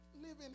living